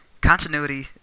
continuity